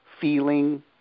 feeling